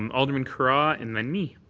um alderman carra and then me.